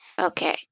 Okay